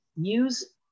use